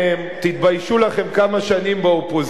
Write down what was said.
תתביישו לכם כמה שנים באופוזיציה,